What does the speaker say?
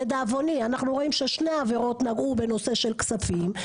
לדאבוני אנחנו רואים ששני העבירות נגעו בנושא של כספים,